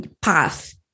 path